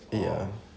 ya